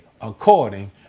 according